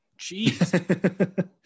Jeez